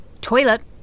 Toilet